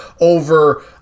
over